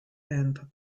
and